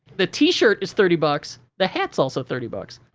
the t-shirt is thirty bucks, the hat's also thirty bucks.